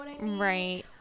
Right